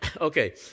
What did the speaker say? okay